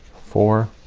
four,